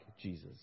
Jesus